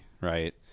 right